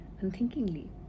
unthinkingly